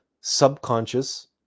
subconscious